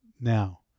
now